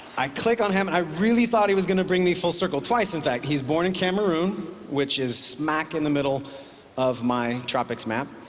i click on him, and i really thought he was going to bring me full circle twice, in fact. he's born in cameroon, which is smack in the middle of my tropics map,